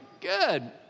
Good